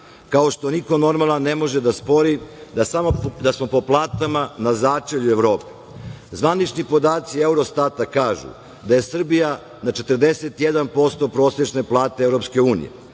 kao što niko normalan ne može da spori da smo po platama na začelju u Evropi. Zvanični podaci Eurostata kažu da je Srbija na 41% prosečne plate EU,